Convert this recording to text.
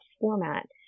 format